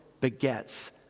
begets